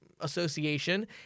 association